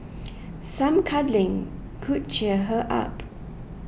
some cuddling could cheer her up